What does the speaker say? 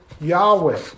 Yahweh